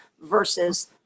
versus